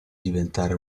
diventare